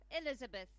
Elizabeth